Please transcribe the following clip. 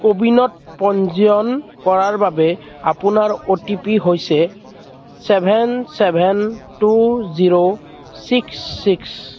ক'বিনত পঞ্জীয়ন কৰাৰ বাবে আপোনাৰ অ'টিপি হৈছে seven seven two zero six six